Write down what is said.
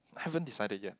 haven't decided yet